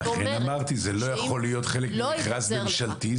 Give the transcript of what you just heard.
לכן אמרתי שזה לא יכול להיות חלק ממכרז ממשלתי,